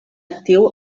actiu